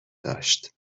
داشت